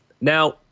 Now